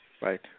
right